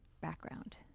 background